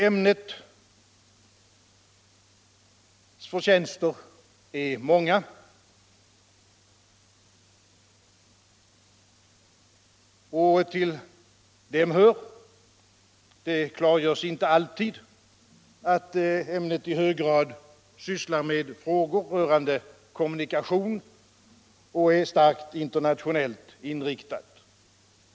Ämnets förtjänster är många, och till dem hör — det klargörs inte alltid - att ämnet i hög grad sysslar med frågor rörande kommunikation och är starkt internationellt inriktat.